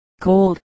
cold